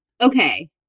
Okay